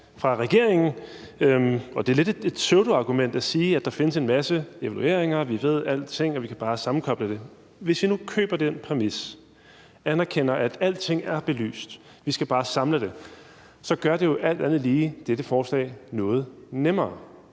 fra regeringen. Og det er lidt et pseudoargument at sige, at der findes en masse evalueringer, og at vi ved alting, og at vi bare kan sammenkoble det. Hvis vi nu køber den præmis og anerkender, at alting er belyst, og at vi bare skal samle det, så gør det jo alt andet lige dette forslag noget nemmere.